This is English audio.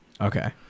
Okay